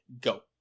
go